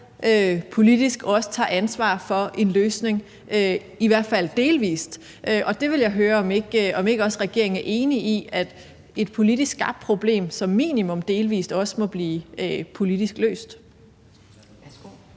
politisk også tager ansvar for en løsning, i hvert fald delvis, og det vil jeg høre om ikke også regeringen er enig i, altså at et politisk skabt problem som minimum delvis også må blive politisk løst.